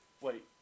Wait